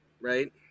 right